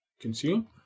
consume